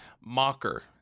Mocker